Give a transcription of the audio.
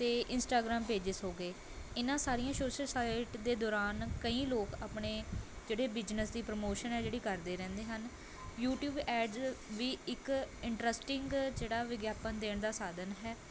ਅਤੇ Instagram pages ਹੋ ਗਏ ਇਹਨਾਂ ਸਾਰੀਆਂ ਸ਼ੋਸ਼ਲ ਸਾਈਟ ਦੇ ਦੌਰਾਨ ਕਈ ਲੋਕ ਆਪਣੇ ਜਿਹੜੇ ਬਿਜਨਸ ਦੀ ਪ੍ਰਮੋਸ਼ਨ ਹੈ ਜਿਹੜੀ ਕਰਦੇ ਰਹਿੰਦੇ ਹਨ ਯੂਟਿਊਬ ਐਡਜ਼ ਵੀ ਇੱਕ ਇੰਟਰਸਟਿੰਗ ਜਿਹੜਾ ਵਿਗਿਆਪਨ ਦੇਣ ਦਾ ਸਾਧਨ ਹੈ